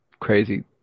crazy